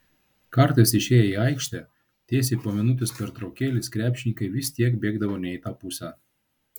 kartais išėję į aikštę tiesiai po minutės pertraukėlės krepšininkai vis tiek bėgdavo ne į tą pusę